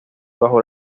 bajo